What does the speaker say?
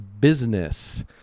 Business